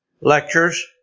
lectures